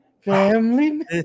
family